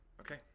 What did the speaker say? Okay